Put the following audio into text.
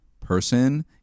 person